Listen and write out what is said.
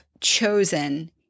chosen